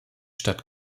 stadt